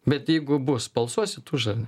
bet jeigu bus balsuosit už ar ne